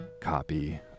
copy